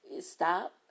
stop